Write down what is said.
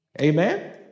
Amen